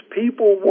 people